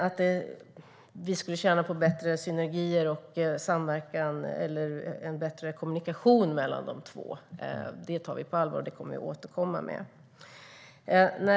Att vi skulle tjäna på bättre synergier och samverkan eller en bättre kommunikation mellan de två tar vi på allvar, och det kommer vi att återkomma till.